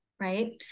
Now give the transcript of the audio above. right